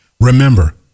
Remember